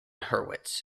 hurwitz